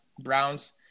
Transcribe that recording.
Browns